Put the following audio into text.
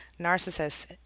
narcissists